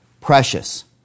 precious